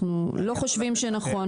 אנחנו לא חושבים שנכון,